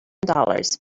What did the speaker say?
dollars